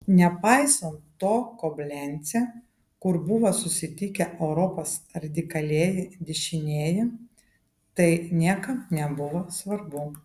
nepaisant to koblence kur buvo susitikę europos radikalieji dešinieji tai niekam nebuvo svarbu